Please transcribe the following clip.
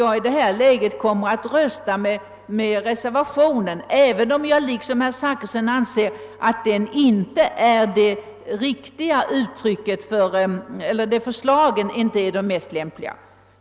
Jag kommer därför i detta läge att rösta för reservationen, även om jag liksom herr Zachrisson inte anser att förslagen i den är de mest lämpliga.